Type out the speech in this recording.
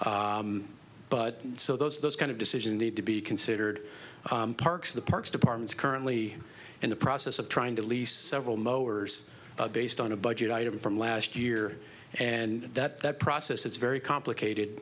but so those those kind of decisions need to be considered parks the parks department is currently in the process of trying to least several mowers based on a budget item from last year and that that process it's very complicated